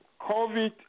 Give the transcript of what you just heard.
COVID